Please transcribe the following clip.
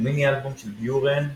ומיני-אלבום של ביורן,